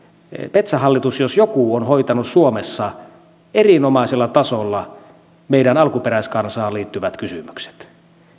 metsähallitus jos joku on hoitanut suomessa erinomaisella tasolla meidän alkuperäiskansaan liittyvät kysymykset